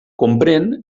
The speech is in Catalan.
comprèn